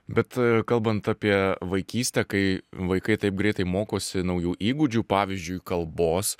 bet kalbant apie vaikystę kai vaikai taip greitai mokosi naujų įgūdžių pavyzdžiui kalbos